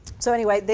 so anyway,